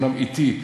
אומנם אטי,